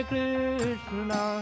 Krishna